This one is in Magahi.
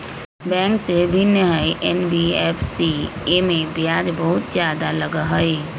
बैंक से भिन्न हई एन.बी.एफ.सी इमे ब्याज बहुत ज्यादा लगहई?